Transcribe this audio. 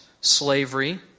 slavery